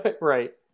Right